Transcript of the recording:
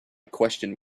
questioned